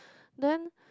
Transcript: then